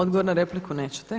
Odgovor na repliku nećete.